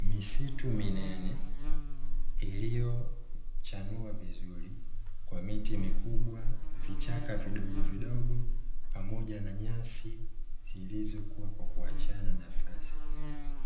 Misitu minene iliyochanua vizuri kwa miti mikubwa, vichaka vidogo vidogo pamoja na nyasi zilizokua kwa kuachiana nafasi,